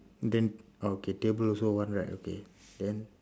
then okay table also one right okay then